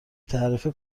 تعرفه